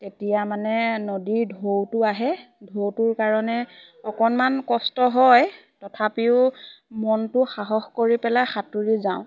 তেতিয়া মানে নদীৰ ঢৌটো আহে ঢৌটোৰ কাৰণে অকণমান কষ্ট হয় তথাপিও মনটো সাহস কৰি পেলাই সাঁতুৰি যাওঁ